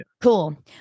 Cool